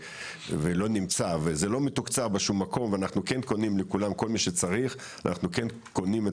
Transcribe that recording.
ולא נמצא וזה לא מתוקצב בשום מקום ואנחנו כן קונים לכולם,